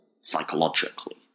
psychologically